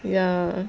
ya